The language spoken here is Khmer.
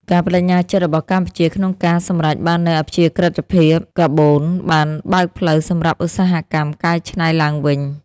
ការប្តេជ្ញាចិត្តរបស់កម្ពុជាក្នុងការសម្រេចបាននូវអព្យាក្រឹតភាពកាបូនបានបើកផ្លូវសម្រាប់ឧស្សាហកម្មកែច្នៃឡើងវិញ។